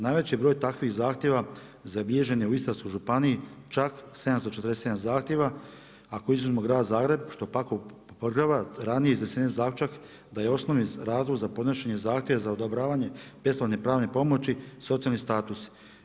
Najveći broj takvih zahtjeva za bilježen je u Istarskoj županiji, čak 747 zahtjeva, ako izuzmemo Grad Zagreb, što pak opovrgava raniji iznesen zaključak da je osnovi razlog za podnošenje zahtjeva za odobravanje besplatne pravne pomoći, socijalni status.